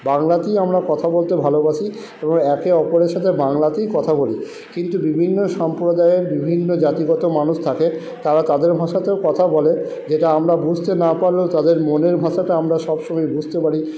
বাংলাতেই আমরা কথা বলতে ভালোবাসি এবং একে অপরের সাথে বাংলাতেই কথা বলি কিন্তু বিভিন্ন সম্প্রদায়ের বিভিন্ন জাতিগত মানুষ থাকে তারা তাদের ভাষাতেও কথা বলে যেটা আমরা বুঝতে না পারলেও তাদের মনের ভাষাটাও আমরা সব সময়ই বুঝতে পারি